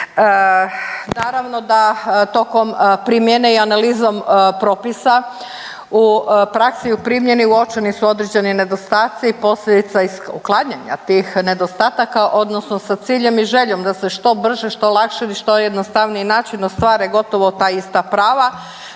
Naravno da tokom primjene i analizom propisa, u praksi, u primjeni uočeni su određeni nedostaci i posljedica uklanjanja tih nedostataka odnosno sa ciljem i željom da se što brže, što lakše i što jednostavniji način ostvare gotovo ta ista prava,